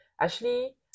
Ashley